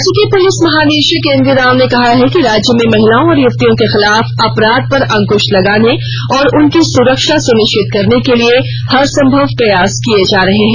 राज्य के पुलिस महानिदेशक एम वी राव ने कहा है कि राज्य में महिलाओं और युवतियों के खिलाफ अपराध पर अंक्श लगाने और उनकी सुरक्षा सुनिश्चित करने के लिए हरसंभव प्रयास किए जा रहे हैं